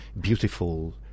beautiful